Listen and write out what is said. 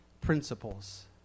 principles